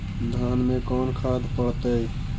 धान मे कोन खाद पड़तै?